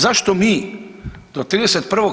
Zašto mi do 31.